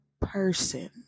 person